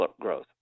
growth